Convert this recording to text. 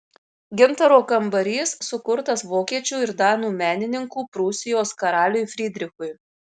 gintaro kambarys sukurtas vokiečių ir danų menininkų prūsijos karaliui frydrichui